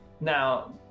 Now